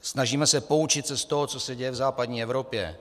Snažíme se poučit z toho, co se děje v západní Evropě.